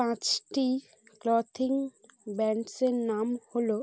পাঁচটি ক্লদিং ব্র্যান্ডসের নাম হল